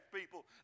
people